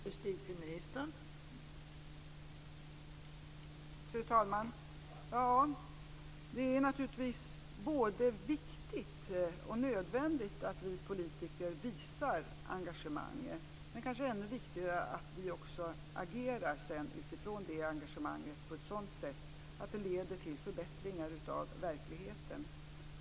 Fru talman! Ja, det är naturligtvis både viktigt och nödvändigt att vi politiker visar engagemang. Men det är kanske ännu viktigare att vi sedan också agerar utifrån det engagemanget på ett sådant sätt att det leder till förbättringar av verkligheten.